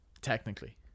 technically